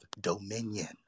dominion